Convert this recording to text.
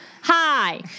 Hi